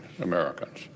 Americans